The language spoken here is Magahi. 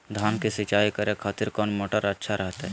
धान की सिंचाई करे खातिर कौन मोटर अच्छा रहतय?